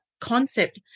concept